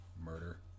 murder